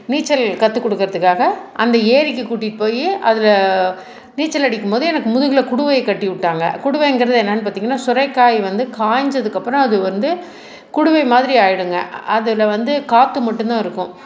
நீச்சல் கற்று கொடுக்குறதுக்காக அந்த ஏரிக்கு கூட்டிட்டு போய் அதில் நீச்சல் அடிக்கும் போது எனக்கு முதுகில் குடுவையை கட்டி விட்டாங்க குடுவைங்கிறது என்னென்னு பார்த்திங்கன்னா சுரைக்காயை வந்து காஞ்சதுக்கு அப்புறம் அது வந்து குடுவை மாதிரி ஆயிடுங்க அதில் வந்து காற்று மட்டும் தான் இருக்கும்